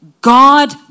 God